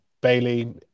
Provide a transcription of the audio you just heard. Bailey